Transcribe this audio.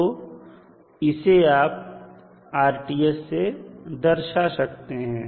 तो इसे आप दर्शा सकते हैं